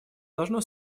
должно